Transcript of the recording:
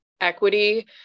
equity